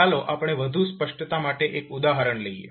ચાલો આપણે વધુ સ્પષ્ટતા માટે એક ઉદાહરણ લઈએ